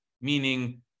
meaning